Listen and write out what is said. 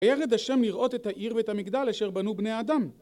וירד השם לראות את העיר ואת המגדל אשר בנו בני אדם.